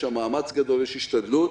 יש שם מאמץ גדול, יש השתדלות.